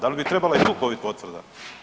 Da li bi trebala i tu covid potvrda?